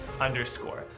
underscore